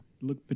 look